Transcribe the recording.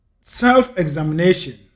self-examination